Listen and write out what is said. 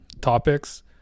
topics